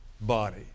body